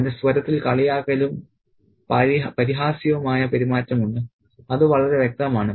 അവന്റെ സ്വരത്തിൽ കളിയാക്കലും പരിഹാസ്യവുമായ പെരുമാറ്റം ഉണ്ട് അത് വളരെ വ്യക്തമാണ്